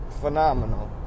Phenomenal